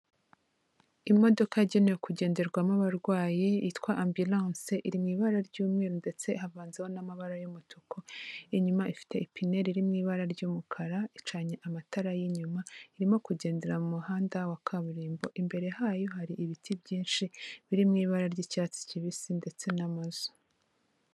Imodoka yagenewe kugenderwamo abarwayi yitwa ambulance, iri mu ibara ry'umweru ndetse havanzeho n'amabara y'umutuku, inyuma ifite ipine iri mu ibara ry'umukara icanye amatara y'inyuma, irimo kugendera mu muhanda wa kaburimbo. Imbere hayo hari ibiti byinshi birimo ibara ry'icyatsi kibisi ndetse n'amazu.